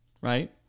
right